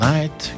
Night